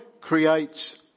creates